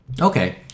Okay